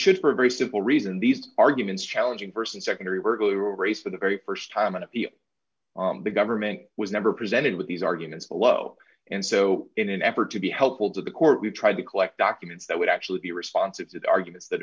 should for a very simple reason these arguments challenging person secretary were a race for the very st time and the on the government was never presented with these arguments below and so in an effort to be helpful to the court we tried to collect documents that would actually be responsive to the arguments that